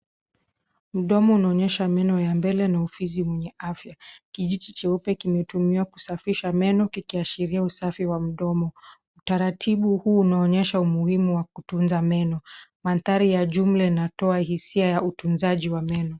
Mdomo unaonyesha meno ya mbele na ufizi mwenye afya. Kijiti cheupe kimetumiwa kusafisha meno, kikiashiria usafi wa mdomo. Utaratibu huu unaonyesha umuhimu wa kutunza meno. Mandhari ya jumla inatoa hisia ya utunzaji wa meno